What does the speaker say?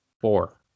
Four